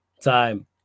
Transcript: time